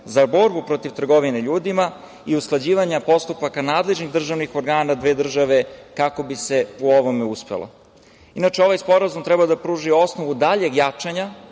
za borbu protiv trgovine ljudima i usklađivanja postupaka nadležnih državnih organa dve države kako bi se u ovome uspelo. Inače, ovaj Sporazum treba da pruži osnovu daljeg jačanja